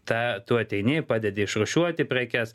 tą tu ateini padedi išrūšiuoti prekes